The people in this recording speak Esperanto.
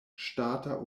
ŝtata